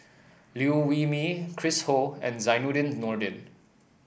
Liew Wee Mee Chris Ho and Zainudin Nordin